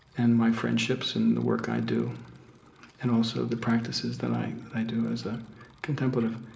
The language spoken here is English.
and my friendships and the work i do and also the practices that i i do as a contemplative